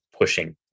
pushing